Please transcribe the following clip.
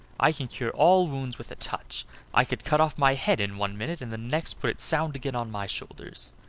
i can cure all wounds with a touch i could cut off my head in one minute, and the next put it sound again on my shoulders.